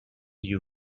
you